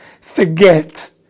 forget